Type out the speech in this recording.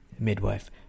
midwife